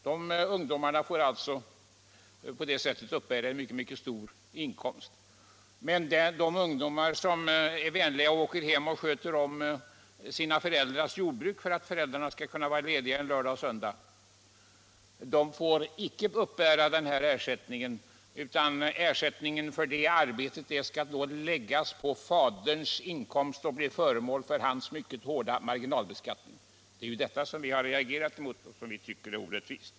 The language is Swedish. De ungdomarna får då uppbära en stor inkomst, medan de ungdomar som är vänliga nog att sköta om sina föräldrars jordbruk för att föräldrarna skall kunna vara lediga över lördag och söndag icke får uppbära sådan ersättning. Ersättningen för det arbetet skall då läggas på faderns inkomst och bli föremål för hans mycket hårda marginalbeskattning. Det är detta som vi har reagerat mot och som vi tycker är orättvist.